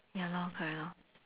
ya lor correct lor